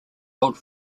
old